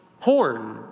Horn